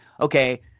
Okay